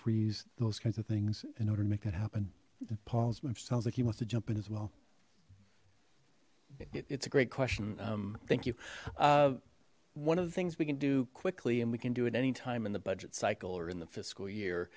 freeze those kinds of things in order to make that happen paul sounds like he must have jump in as well it's a great question thank you one of the things we can do quickly and we can do it anytime in the budget cycle or in the fiscal year